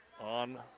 on